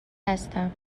هستم